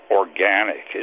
organic